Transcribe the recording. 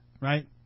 right